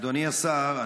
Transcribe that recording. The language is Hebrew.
אדוני השר,